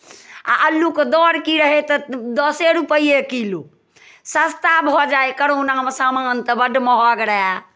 आ अल्लूके दर की रहै तऽ दसे रुपैए किलो सस्ता भऽ जाइ करोनामे सामान तऽ बड्ड महग रहए